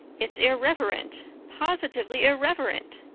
it's irreverent positively irreverent.